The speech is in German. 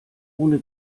ohne